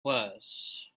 was